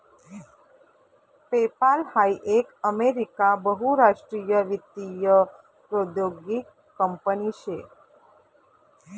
PayPal हाई एक America बहुराष्ट्रीय वित्तीय प्रौद्योगीक कंपनी शे